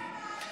נגמר הזמן.